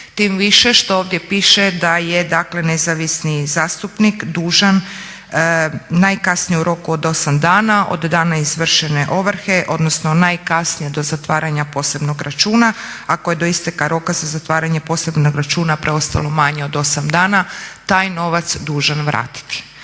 Tim više što ovdje piše da je dakle nezavisni zastupnik dužan najkasnije u roku od 8 dana od dana izvršene ovrhe odnosno najkasnije do zatvaranja posebnog računa, ako je do isteka roka za zatvaranje posebnog računa preostalo manje od 8 dana taj novac dužan vratiti.